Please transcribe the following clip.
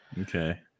Okay